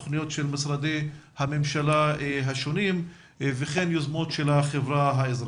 תוכניות של משרדי הממשלה השונים וכן יוזמות של החברה האזרחית.